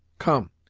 come,